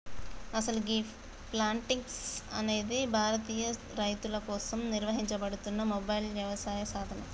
అసలు గీ ప్లాంటిక్స్ అనేది భారతీయ రైతుల కోసం నిర్వహించబడుతున్న మొబైల్ యవసాయ సాధనం